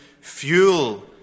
fuel